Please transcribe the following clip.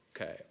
Okay